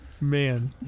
Man